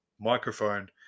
microphone